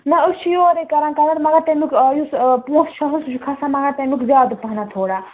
نَہ أسۍ چھِ یورَے کَران کَوَر مگر تمیُک یُس پونٛسہٕ چھُ آسان سُہ چھُ کھسان مگر تمیُک زیادٕ پَہنَتھ تھوڑا